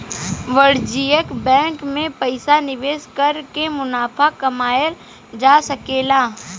वाणिज्यिक बैंकिंग में पइसा निवेश कर के मुनाफा कमायेल जा सकेला